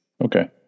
Okay